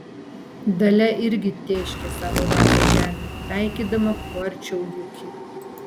dalia irgi tėškė savo vazą žemėn taikydama kuo arčiau juki